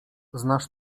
znasz